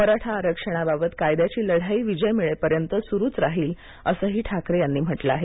मराठा आरक्षणाबाबत कायद्याची लढाई विजय मिळेपर्यंत सुरुच राहील असंही ठाकरे यांनी म्हटलं आहे